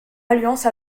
alliance